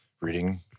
Reading